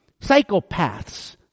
Psychopaths